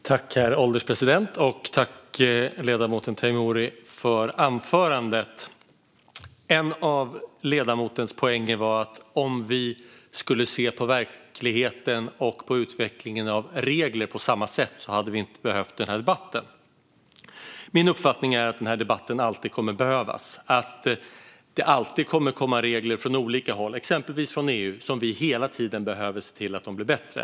Herr ålderspresident! Jag tackar ledamoten Teimouri för anförandet. En av ledamotens poänger var att om vi skulle se på verkligheten och utvecklingen av regler på samma sätt hade vi inte behövt den här debatten. Min uppfattning är att den här debatten alltid kommer att behövas. Det kommer alltid att komma regler från olika håll, exempelvis från EU, och vi behöver hela tiden se till att de blir bättre.